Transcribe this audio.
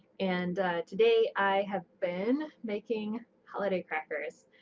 and today i have been making holiday crackers.